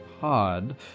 Pod